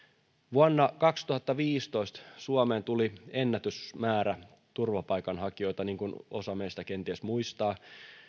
vuonna kaksituhattaviisitoista suomeen tuli ennätysmäärä turvapaikanhakijoita niin kuin osa meistä kenties muistaa